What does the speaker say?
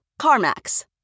CarMax